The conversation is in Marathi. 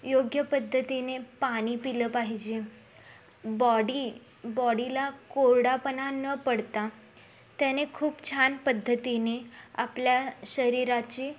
योग्य पद्धतीने पाणी पिलं पाहिजे बॉडी बॉडीला कोरडेपणा न पडता त्याने खूप छान पद्धतीने आपल्या शरीराची